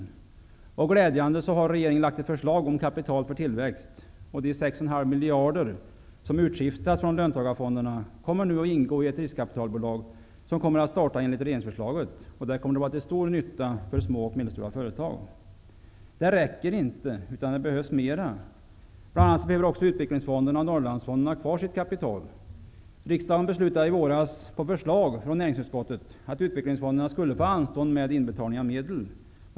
Glädjande nog har regeringen lagt fram ett förslag om kapital för tillväxt. De 6,5 miljarder som utskiftats från löntagarfonderna kommer nu att ingå i de riskkapitalbolag som enligt regeringsförslaget kommer att startas. Det kommer att vara till stor nytta för små och medelstora företag. Detta räcker inte, utan det behövs mer. Bl.a. behöver också utvecklingsfonderna och Norrlandsfonden ha kvar sitt kapital. Riksdagen beslutade i våras på förslag från näringsutskottet att utvecklingsfonderna skulle få anstånd med inbetalning av medel.